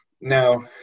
Now